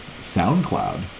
SoundCloud